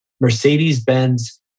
Mercedes-Benz